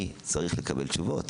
אני צריך לקבל תשובות.